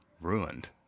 ruined